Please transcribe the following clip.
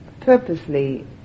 purposely